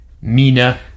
mina